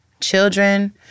children